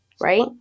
right